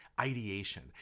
ideation